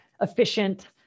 efficient